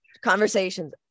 conversations